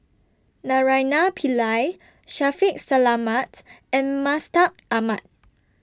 Naraina Pillai Shaffiq Selamat and Mustaq Ahmad